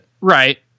Right